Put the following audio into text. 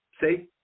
See